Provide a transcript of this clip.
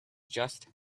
just